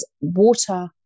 water